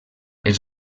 els